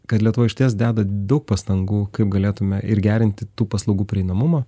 kad lietuva išties deda daug pastangų kaip galėtume ir gerinti tų paslaugų prieinamumą